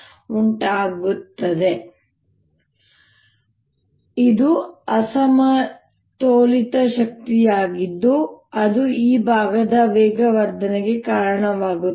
ಈ delta 2 p ಅಸಮತೋಲಿತ ಶಕ್ತಿಯಾಗಿದ್ದು ಅದು ಈ ಭಾಗದ ವೇಗವರ್ಧನೆಗೆ ಕಾರಣವಾಗುತ್ತದೆ